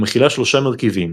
המכילה שלושה מרכיבים